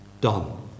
done